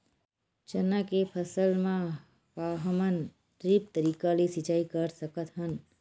चना के फसल म का हमन ड्रिप तरीका ले सिचाई कर सकत हन?